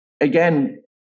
again